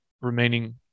remaining